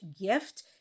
gift